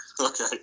Okay